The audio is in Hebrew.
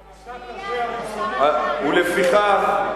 השר ארדן,